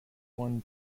one